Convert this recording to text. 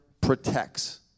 protects